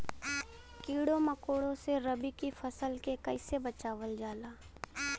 कीड़ों मकोड़ों से रबी की फसल के कइसे बचावल जा?